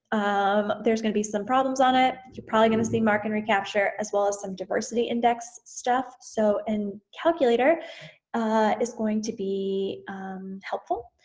um there's gonna be some problems on it. you're probably gonna see mark and recapture as well as some diversity index stuff. so an calculator is going to be helpful.